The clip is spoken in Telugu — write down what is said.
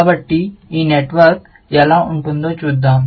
కాబట్టి ఈ నెట్వర్క్ ఎలా ఉంటుందో చూద్దాం